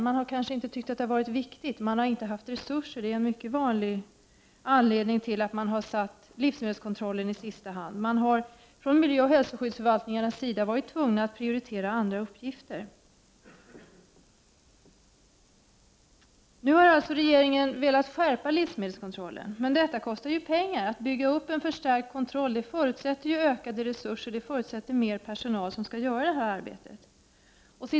Man har kanske inte tyckt att det varit viktigt eller inte haft resurser, vilket är en mycket vanlig anledning till att man satt livsmedelskontrollen i sista hand. Miljöoch hälsoskyddsförvaltningarna har varit tvungna att prioritera andra uppgifter. Nu har regeringen velat skärpa livsmedelskontrollen, men detta kostar ju »engar. Att bygga upp en förstärkt kontroll förutsätter ökade resurser och ' er personal som skall utföra det arbetet.